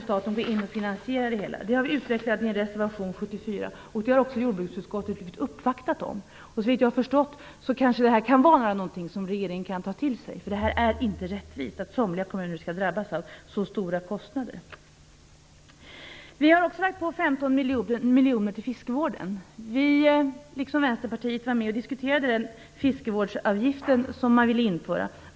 Staten borde finansiera det. Det har vi utvecklat i reservation 74. Jordbruksutskottet har också blivit uppvaktat i denna fråga. Såvitt jag har förstått kan detta vara något som regeringen kan ta till sig. Det är inte rättvist att somliga kommuner skall drabbas av så stora kostnader. Vi har också lagt på 15 miljoner kronor till fiskevården. Vi liksom Vänsterpartiet var med och diskuterade den fiskevårdsavgift som man ville införa.